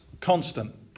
constant